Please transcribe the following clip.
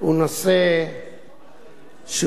הוא נושא חשוב.